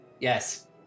Yes